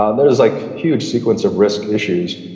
ah there's like huge sequence of risk issues.